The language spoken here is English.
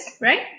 right